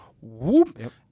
whoop